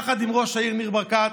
יחד עם ראש העיר ניר ברקת,